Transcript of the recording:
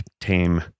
tame